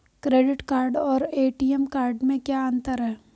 Credit card और ATM card में क्या अंतर है?